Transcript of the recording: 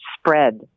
spread